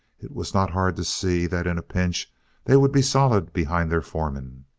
it was not hard to see that in a pinch they would be solid behind their foreman.